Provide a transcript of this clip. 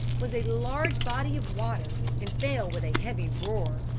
was a large body of water and fell with a heavy roar.